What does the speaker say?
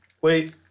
Wait